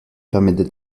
permettent